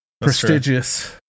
prestigious